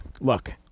Look